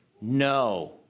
No